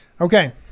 Okay